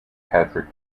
patrick